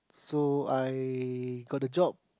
so I got the job